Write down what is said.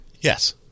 Yes